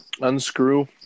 unscrew